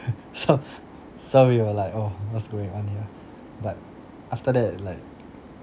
so so we were like oh what's going on here but after that like